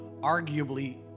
Arguably